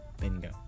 Bingo